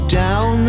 down